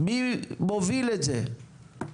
מי מוביל את זה?